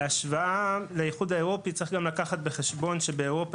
בהשוואה לאיחוד האירופי צריך גם לקחת בחשבון שבאירופה